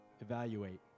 evaluate